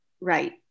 Right